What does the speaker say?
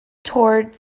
toward